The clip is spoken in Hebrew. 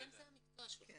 שזה גיוס גם